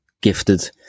gifted